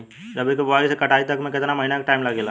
रबी के बोआइ से कटाई तक मे केतना महिना के टाइम लागेला?